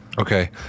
Okay